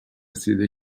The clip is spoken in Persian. رسیده